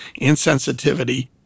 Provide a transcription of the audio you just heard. insensitivity